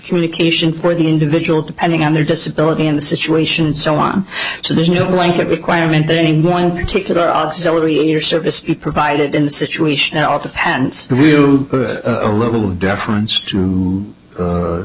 communication for the individual depending on their disability in the situation so on so there's no blanket requirement that any one particular auxiliary in your service provided in the situation out of hand a little deference to